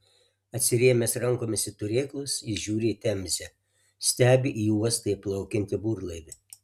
atsirėmęs rankomis į turėklus jis žiūri į temzę stebi į uostą įplaukiantį burlaivį